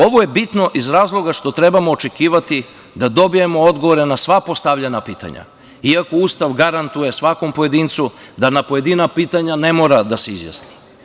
Ovo je bitno iz razloga što trebamo očekivati da dobijemo odgovore na sva postavljena pitanja iako Ustav garantuje svakom pojedincu da na pojedina pitanja ne mora da se izjasni.